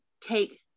take